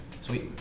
Sweet